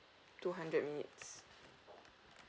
two hundred minutes